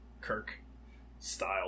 Kirk-style